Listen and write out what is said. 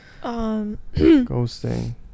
Ghosting